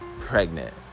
pregnant